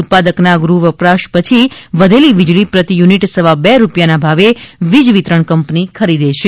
ઉત્પાદકના ગૃહ વપરાશ પછી વઘેલી વીજળી પ્રતિ યુનિટ સવા બે રૂપિયાના ભાવે વીજ વિતરણ કંપની ખરીદે છે